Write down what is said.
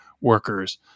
workers